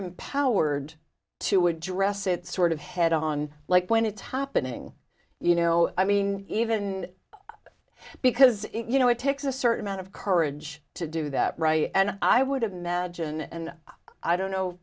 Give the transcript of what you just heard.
empowered to address it sort of head on like when it's happening you know i mean even because you know it takes a certain amount of courage to do that and i would imagine and i don't know